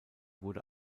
wurde